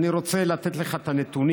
סליחה, אני לא, בבקשה, אדוני.